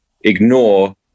ignore